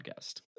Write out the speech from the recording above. podcast